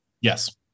Yes